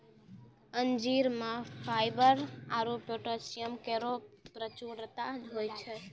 अंजीर म फाइबर आरु पोटैशियम केरो प्रचुरता होय छै